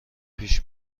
پیش